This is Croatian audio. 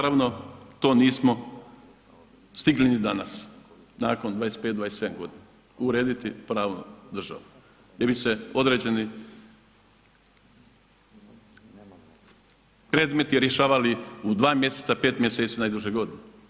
Naravno to nismo stigli ni danas nakon 25, 27 godina, urediti pravnu državu gdje bi se određeni predmeti rješavali u dva mjeseca, 5 mjeseci, najduže godinu.